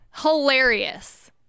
hilarious